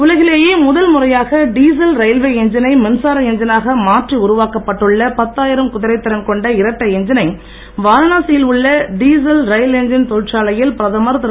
உலகிலேயே முதல் முறையாக டீசல் ரயில்வே எஞ்சினை மின்சார எஞ்சினாக மாற்றி உருவாக்கப்பட்டுள்ள பத்தாயிரம் குதிரை திறன் கொண்ட இரட்டை எஞ்சினை வாரணாசியில் உள்ள டீசல் ரயில் எஞ்சின் தொழிற்சாலையில் பிரதமர் திரு